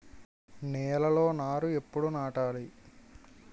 నేలలో నారు ఎప్పుడు నాటాలి?